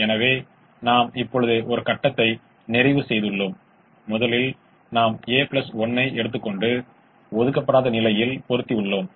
எனவே 00 என்பது நம்முடைய முதல் சாத்தியமான தீர்வாகும் இது நாம் சிந்திக்கக்கூடியது மற்றும் 00 சாத்தியமானது